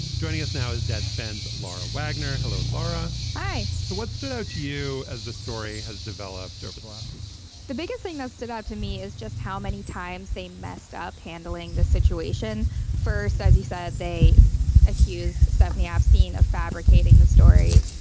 joining us now is dad spends laura wagner. hello laura. hi. so what stood out to you as this story has developed over the last week the biggest thing that stood out to me is just how many times they messed up handling the situation first as you said they accused stephanie epstein of fabricating the story.